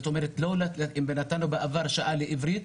אם נתנו בעבר שעה לעברית,